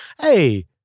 Hey